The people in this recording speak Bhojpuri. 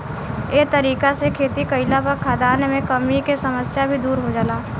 ए तरीका से खेती कईला पर खाद्यान मे कमी के समस्या भी दुर हो जाला